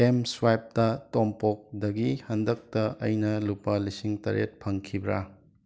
M ꯁ꯭ꯋꯥꯏꯞꯇ ꯇꯣꯝꯄꯣꯛꯗꯒꯤ ꯍꯟꯗꯛꯇ ꯑꯩꯅ ꯂꯨꯄꯥ ꯂꯤꯁꯤꯡ ꯇꯔꯦꯠ ꯐꯪꯈꯤꯕ꯭ꯔꯥ